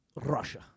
Russia